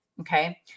Okay